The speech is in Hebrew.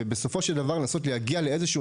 ובסופו של דבר לנסות להגיע לאיזשהו